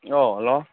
ꯑꯣ ꯍꯜꯂꯣ